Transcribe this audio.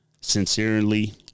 Sincerely